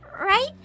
Right